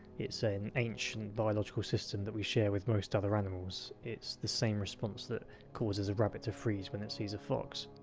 it's an ancient, biological system that we share with most other animals. it's the same response that causes a rabbit to freeze when it sees a fox.